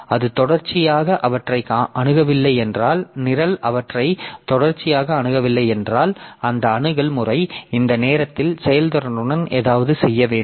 அது தொடர்ச்சியாக அவற்றை அணுகவில்லை என்றால் நிரல் அவற்றை தொடர்ச்சியாக அணுகவில்லை என்றால் அந்த அணுகல் முறை இந்த நேர செயல்திறனுடன் ஏதாவது செய்ய வேண்டும்